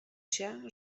się